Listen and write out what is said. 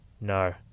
No